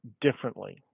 differently